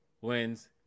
wins